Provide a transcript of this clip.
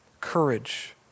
courage